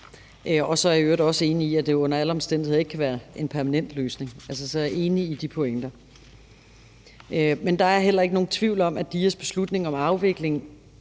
Og så er jeg i øvrigt også enig i, at det jo under alle omstændigheder ikke kan være en permanent løsning. Altså, så jeg er enig i de pointer. Men der er heller ikke nogen tvivl om, at DIA's beslutning om afvikling